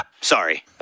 sorry